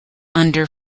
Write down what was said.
under